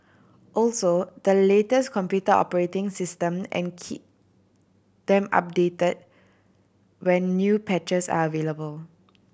also the latest computer operating system and key them update when new patches are available